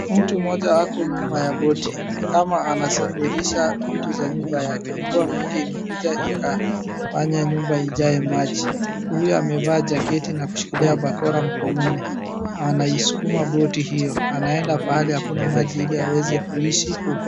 Mtu mmoja ako nyuma ya boti, nikama anasafirisha vitu za nyumba yake, mvua mingi ilikuja ikafanya nyumba ijae maji. Mtu huyu amevaa jaketi na kushikilia bakora mkononi. Anaisukuma boti hiyo, anaenda mahali hakuna maji ili aweze kuishi huko.